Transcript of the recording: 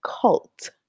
cult